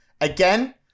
Again